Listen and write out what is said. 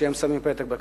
כשהם שמים פתק בקלפי.